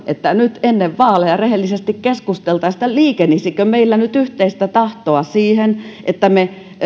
että nyt ennen vaaleja rehellisesti keskusteltaisiin liikenisikö meillä nyt yhteistä tahtoa siihen että me